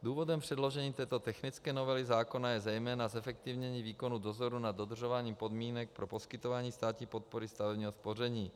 Důvodem předložení této technické novely zákona je zejména zefektivnění výkonu dozoru nad dodržováním podmínek pro poskytování státní podpory stavebního spoření.